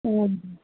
ಹ್ಞೂ ಹ್ಞೂ